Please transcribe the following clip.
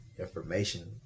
information